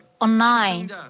online